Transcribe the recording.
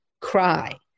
cry